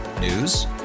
News